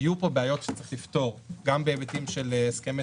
יהיו פה בעיות שצריך לפתור גם בהיבטים של הסכמי